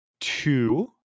two